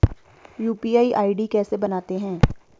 UPI ID कैसे बनाते हैं?